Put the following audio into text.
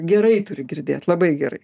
gerai turi girdėt labai gerai